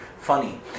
Funny